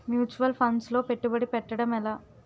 Mutual funds లో పెట్టుబడి పెట్టడం ఎలా?